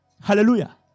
Hallelujah